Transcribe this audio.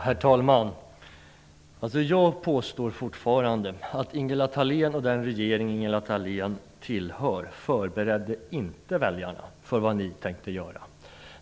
Herr talman! Jag påstår fortfarande att Ingela Thalén och den regering hon tillhör inte förberedde väljarna för vad de tänkte göra.